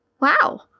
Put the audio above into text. Wow